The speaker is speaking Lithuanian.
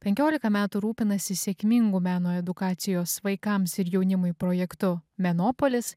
penkiolika metų rūpinasi sėkmingu meno edukacijos vaikams ir jaunimui projektu menopolis